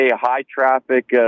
high-traffic